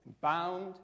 bound